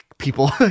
people